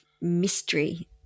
mystery